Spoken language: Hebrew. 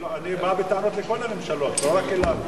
אני בא בטענות לכל הממשלות, לא רק אליו.